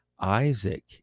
Isaac